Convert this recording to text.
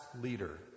leader